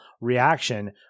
reaction